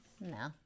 no